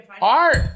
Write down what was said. Art